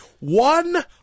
One